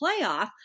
playoff